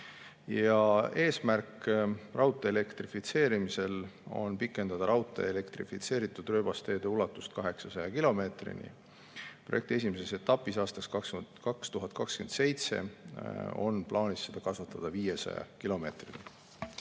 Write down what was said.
nii edasi. Raudtee elektrifitseerimise eesmärk on pikendada raudtee elektrifitseeritud rööbasteede ulatust 800 kilomeetrini. Projekti esimeses etapis aastaks 2027 on plaanis seda kasvatada 500 kilomeetrini.